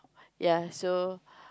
ya so